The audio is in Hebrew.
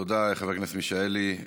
תודה, חבר הכנסת מלכיאלי.